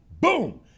Boom